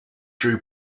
drew